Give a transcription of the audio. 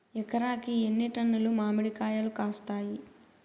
ఎకరాకి ఎన్ని టన్నులు మామిడి కాయలు కాస్తాయి?